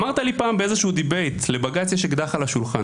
אמרת לי פעם באיזשהו דיבייט שלבג"ץ יש אקדח על השולחן.